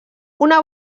una